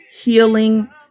healing